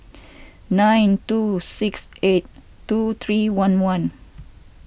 nine two six eight two three one one